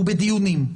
הוא בדיונים,